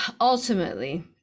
Ultimately